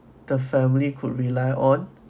the family could rely on